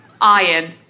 Iron